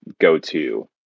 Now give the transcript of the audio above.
go-to